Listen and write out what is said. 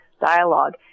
dialogue